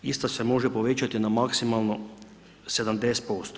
Isto se može povećati na maksimalno 70%